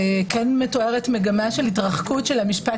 כן מתוארת מגמה של התרחקות של המשפט